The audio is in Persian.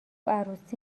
عروسی